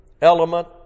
element